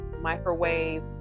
microwave